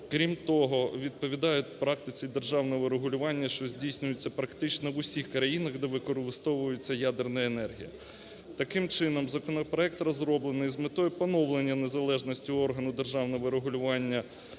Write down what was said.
крім того, відповідають практиці державного регулювання, що здійснюються практично в усіх країнах, де використовується ядерна енергія. Таким чином, законопроект розроблений з метою поновлення незалежності органу державного регулювання